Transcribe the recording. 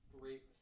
Great